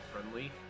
friendly